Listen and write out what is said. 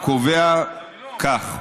הקובע כך: